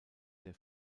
der